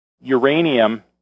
uranium